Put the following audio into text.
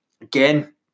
again